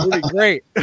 great